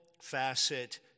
facet